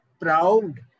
proud